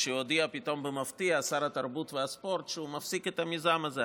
כשהודיע פתאום במפתיע שר התרבות והספורט שהוא מפסיק את המיזם הזה.